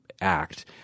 act